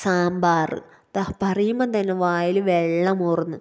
സാമ്പാറ് ദാ പറയുമ്പം തന്നെ വായില് വെള്ളമൂറുന്ന്